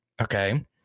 Okay